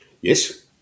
Yes